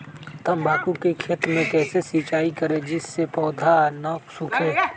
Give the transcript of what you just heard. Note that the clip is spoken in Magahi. तम्बाकू के खेत मे कैसे सिंचाई करें जिस से पौधा नहीं सूखे?